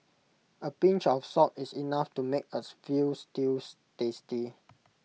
A pinch of salt is enough to make as Veal Stews tasty